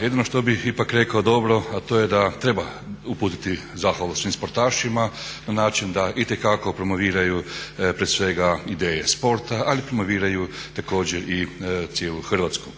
jedino što bih ipak rekao dobro a to je da treba uputiti zahvalu svim sportašima na način da itekako promoviraju prije svega ideje sporta, ali promoviraju također i cijelu Hrvatsku.